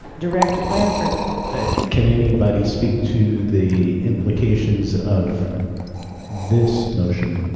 director blanford can anybody speak to the implications of this motion?